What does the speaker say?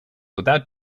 without